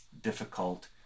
difficult